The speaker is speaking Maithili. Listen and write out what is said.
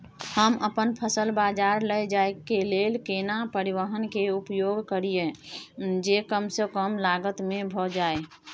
हम अपन फसल बाजार लैय जाय के लेल केना परिवहन के उपयोग करिये जे कम स कम लागत में भ जाय?